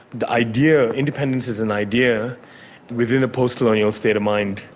the idea, independence as an idea within a post-colonial state of mind.